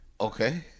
okay